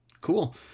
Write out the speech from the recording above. cool